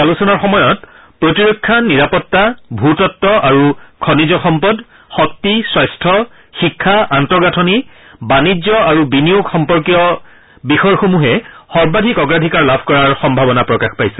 আলোচনাৰ সময়ত প্ৰতিৰক্ষা নিৰাপত্তা ভূতত্ত্ব আৰু খনিজ সম্পদ শক্তি স্বাস্থ্য শিক্ষা আন্তগাঁথনি বাণিজ্য আৰু বিনিয়োগ সম্পৰ্কীয় বিষয়সমূহৰ প্ৰতি অধিক গুৰুত্ব প্ৰদান কৰাৰ সম্ভাৱনা আছে